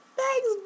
thanks